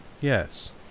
yes